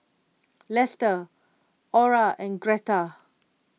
Lester Orah and Gertha